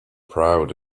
proud